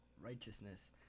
righteousness